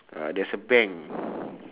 uh there's a bank